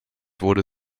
wurde